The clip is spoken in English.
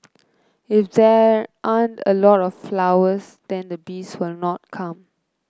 if there aren't a lot of flowers then the bees will not come